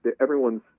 Everyone's